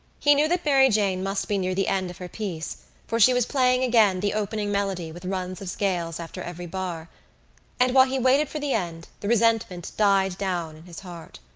he knew that mary jane must be near the end of her piece for she was playing again the opening melody with runs of scales after every bar and while he waited for the end the resentment died down in his heart.